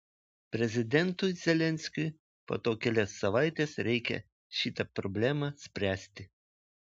prezidentui zelenskiui po to kelias savaites reikia šitą problemą spręsti